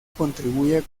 contribuye